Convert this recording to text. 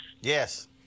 Yes